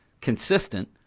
consistent